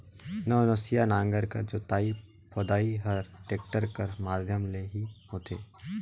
नवनसिया नांगर कर जोतई फदई हर टेक्टर कर माध्यम ले ही होथे